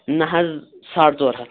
نہ حظ ساڈ ژور ہَتھ